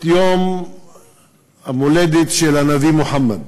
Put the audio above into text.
את יום ההולדת של הנביא מוחמד,